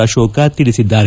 ಅಶೋಕ ತಿಳಿಸಿದ್ದಾರೆ